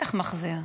בטח מחזיר,